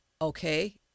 Okay